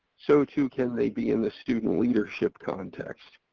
so too can they be in the student leadership context.